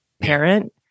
parent